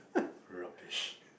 rubbish